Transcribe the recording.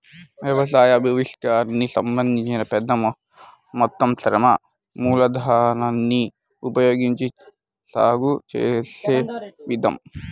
వ్యవసాయ భూవిస్తీర్ణానికి సంబంధించి పెద్ద మొత్తం శ్రమ మూలధనాన్ని ఉపయోగించి సాగు చేసే విధానం